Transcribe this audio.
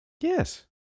Yes